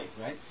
right